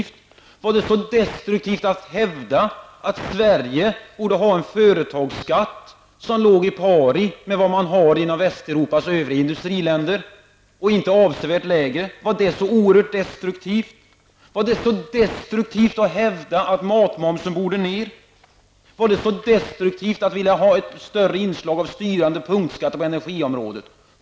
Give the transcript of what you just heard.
Var det destruktivt att hävda att Sverige borde ha en företagsskatt som ligger i pari med vad man har i västeuropeiska och i övriga industriländer och inte avsevärt lägre? Var det så oerhört destruktivt att hävda att matmomsen borde sänkas? Var det destruktivt att vi ville ha större inslag av styrande punktskatter på energiområdet?